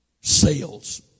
sales